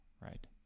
right